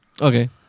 Okay